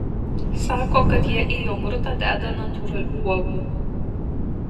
sako kad jie į jogurtą deda natūralių uogų